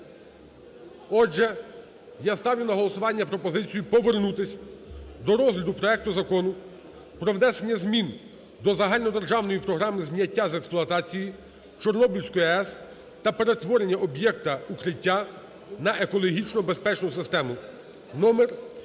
Отже, я ставлю на голосування пропозицію повернутись до розгляду проекту Закону про внесення до Загальнодержавної програми зняття з експлуатації Чорнобильської АЕС та перетворення об'єкта "Укриття" на екологічно безпечну систему